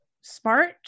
smart